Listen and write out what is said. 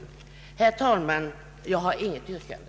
Herr talman! Jag har inget yrkande.